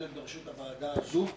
עומדת בראש הוועדה הזו.